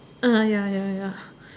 uh ya ya ya